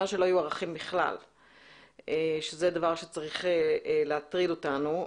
שכלל לא יהיו ערכים וזה דבר שצריך להטריד אותנו.